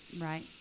right